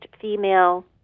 female